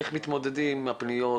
איך מתמודדים עם הפניות,